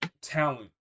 talent